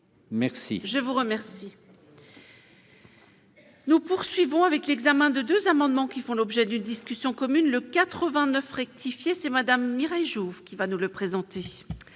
merci, je vous remercie. Nous poursuivons avec l'examen de 2 amendements qui font l'objet d'une discussion commune le 89 rectifié c'est Madame Mireille Jouve qui va nous le présente.